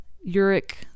Uric